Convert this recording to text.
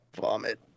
vomit